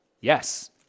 Yes